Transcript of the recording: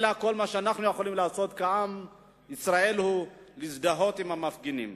כל מה שאנחנו יכולים לעשות כעם ישראל הוא להזדהות עם המפגינים.